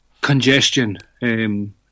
congestion